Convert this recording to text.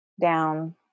down